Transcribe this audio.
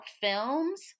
films